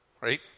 Right